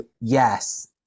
yes